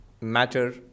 matter